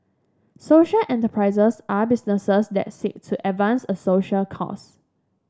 social enterprises are businesses that seek to advance a social cause